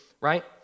right